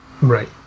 Right